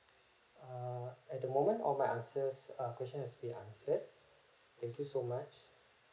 err at the moment all my answers uh question has been answered thank you so much